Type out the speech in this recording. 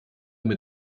mit